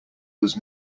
was